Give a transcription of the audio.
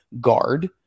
guard